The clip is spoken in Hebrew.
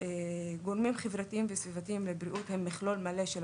גורמים חברתיים וסביבתיים בבריאות הם מכלול מלא של